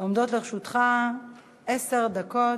עומדות לרשותך עשר דקות.